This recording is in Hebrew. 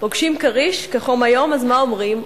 פוגשים כריש כחום היום / אז מה אומרים?